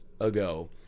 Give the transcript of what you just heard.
ago